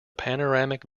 panoramic